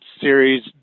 series